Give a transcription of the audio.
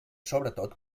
sobretot